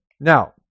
Now